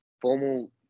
formal